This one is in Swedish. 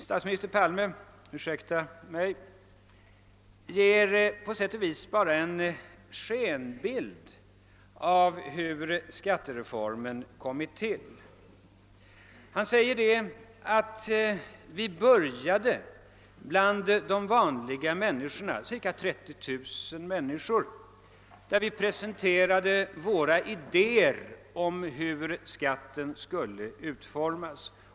Statsminister Palme gav på sätt och vis en skenbild av hur skattereformen kommit till. Han sade, att man börjat bland de vanliga människorna — cirka 30 000 personer — när man presenterat sina idéer om hur skatten skulle utformas.